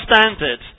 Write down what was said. standard